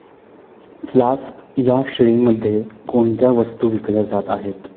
flask या श्रेणीमध्ये कोणत्या वस्तू विकल्या जात आहेत